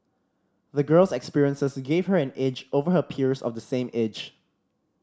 the girl's experiences gave her an edge over her peers of the same age